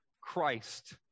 Christ